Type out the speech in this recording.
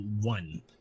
one